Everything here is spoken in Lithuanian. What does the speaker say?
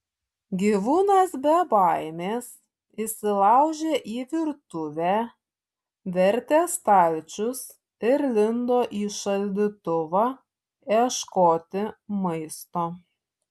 gyvūnas be baimės įsilaužė į virtuvę vertė stalčius ir lindo į šaldytuvą ieškoti maisto